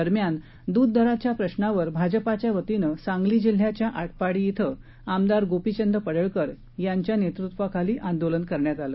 दरम्यान दुध दराच्या प्रशावर भाजपाच्या वतीनं सांगली जिल्ह्याच्या आटपाडी छिं आमदार गोपीचंद पडळकर यांच्या नेतृत्वाखाली आंदोलन करण्यात आलं